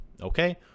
Okay